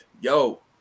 yo